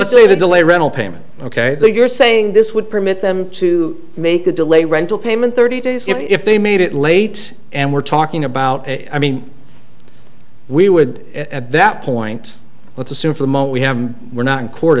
say the delay rental payment ok so you're saying this would permit them to make a delay rental payment thirty days if they made it late and we're talking about i mean we would at that point let's assume for a moment we have we're not in court